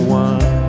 one